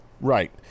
right